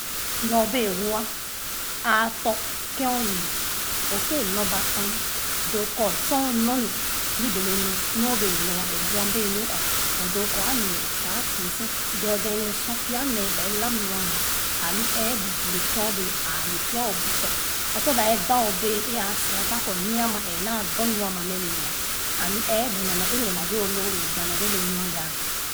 Nyo bee woa a͂a͂ tͻ ken ole okii wεε nor batam doo kͻ sor o nor nu yibe lo nu nu o bee nora o bua bee wo'a. odoo kͻ alera sa kii si dédé sor pya nee ba alab nu ama ahi εεbu le ken ok bee a͂a͂. le pya obu tͻ kpa sor bee da o bee é a͂a͂ sia kpa kͻ nee ama εε naa dͻ nu ama mε ne'a alo εεbu e namaghe é nee nanghe olo o bee gba nanghe lo nu aya